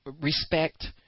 respect